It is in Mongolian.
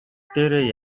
дээрээ